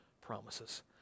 promises